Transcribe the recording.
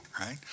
right